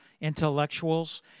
intellectuals